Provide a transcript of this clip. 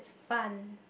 fun